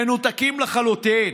מנותקים לחלוטין.